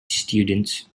students